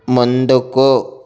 ముందుకు